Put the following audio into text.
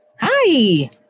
Hi